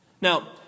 Now